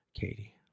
Katie